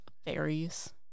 fairies